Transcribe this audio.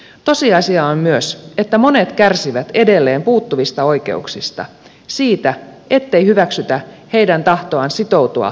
tosiasia on myös että monet kärsivät edelleen puuttuvista oikeuksista siitä ettei hyväksytä heidän tahtoaan sitoutua ja rakastaa